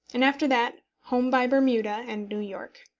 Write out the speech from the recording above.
and after that home by bermuda and new york.